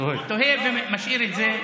תוהה ומשאיר את זה,